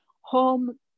home